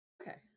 Okay